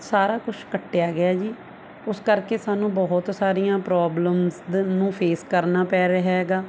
ਸਾਰਾ ਕੁਛ ਕੱਟਿਆ ਗਿਆ ਜੀ ਉਸ ਕਰਕੇ ਸਾਨੂੰ ਬਹੁਤ ਸਾਰੀਆਂ ਪ੍ਰੋਬਲਮਸ ਦਾ ਨੂੰ ਫੇਸ ਕਰਨਾ ਪੈ ਰਿਹਾ ਹੈਗਾ